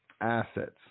assets